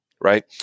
right